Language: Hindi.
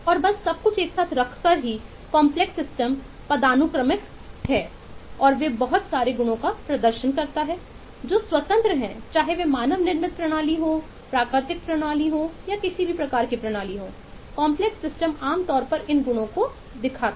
और बस सब कुछ एक साथ रखकर की कॉम्प्लेक्स सिस्टम आमतौर पर इन गुणों को दिखाती है